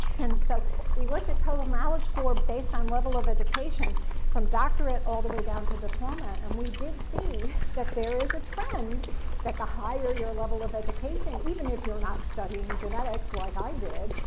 and so we looked at total knowledge score based on level of education from doctorate all the way down to diploma, and we did see that there is a trend that the higher your level of education, even if you're not studying genetics like i did,